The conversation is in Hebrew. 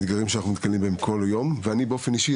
הם אתגרים שאנחנו נתקלים בהם מידי יום ואני יכול להגיד שאני באופן אישי,